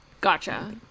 Gotcha